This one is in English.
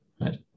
right